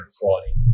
quality